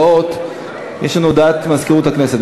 יש הודעת מזכירות הכנסת.